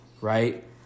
right